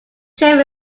trip